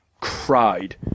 cried